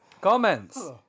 Comments